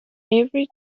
every